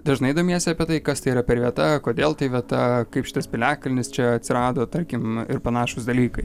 dažnai domiesi apie tai kas tai yra per vieta kodėl tai vieta kaip šitas piliakalnis čia atsirado tarkim ir panašūs dalykai